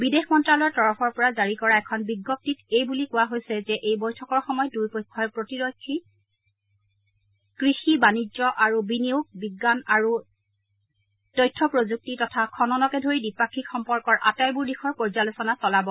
বিদেশ মন্তালয়ৰ তৰফৰ পৰা জাৰি কৰা এখন বিজ্ঞপ্তিত এই বুলি কোৱা হৈছে যে এই বৈঠকৰ সময়ত দুয়োপক্ষই প্ৰতিৰক্ষা কৃষি বাণিজ্য আৰু বিনিয়োগ বিজ্ঞান আৰু তথ্য প্ৰযুক্তি তথা খননকে ধৰি দ্বিপাক্ষিক সম্পৰ্কৰ আটাইবোৰ দিশৰ পৰ্যালোচনা চলাব